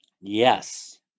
Yes